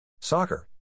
Soccer